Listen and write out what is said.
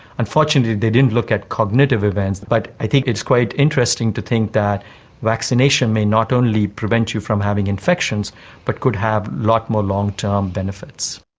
unfortunately they didn't look at cognitive events, but i think it's quite interesting to think that vaccination may not only prevent you from having infections but could have a lot more long-term benefits.